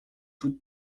toute